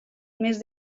més